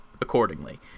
accordingly